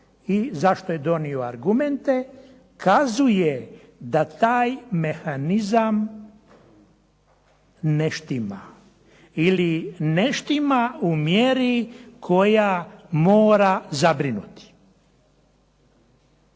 i zašto je donio argumente kazuje da taj mehanizam ne štima ili ne štima u mjeri koja mora zabrinuti.